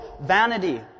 vanity